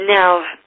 now